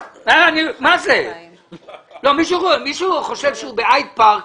מי שחושב שהוא בהייד פארק,